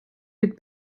від